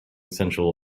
sensual